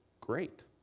Great